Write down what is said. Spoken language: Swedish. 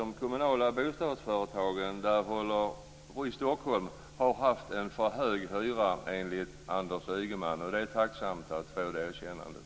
De kommunala bostadföretagen i Stockholm har haft en för hög hyra, enligt Anders Ygeman. Det är tacksamt att få det erkännandet.